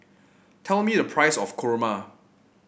tell me the price of kurma